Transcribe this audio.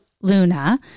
Luna